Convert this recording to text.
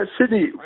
Sydney